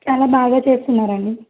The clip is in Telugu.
చాలా బాగా చేస్తున్నారండి